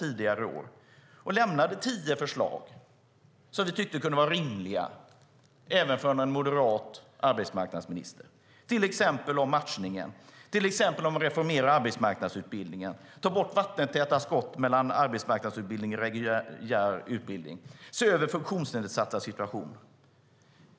Vi lämnade tio förslag som vi tyckte kunde vara rimliga även för en moderat arbetsmarknadsminister, till exempel om matchningen, om att reformera arbetsmarknadsutbildningen, om att ta bort vattentäta skott mellan arbetsmarknadsutbildning och reguljär utbildning och om att se över funktionsnedsattas situation.